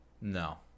No